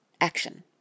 Action